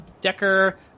Decker